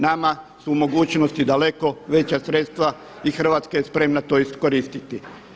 Nama su mogućnosti daleko veća sredstva i Hrvatska je spremna to iskoristiti.